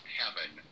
heaven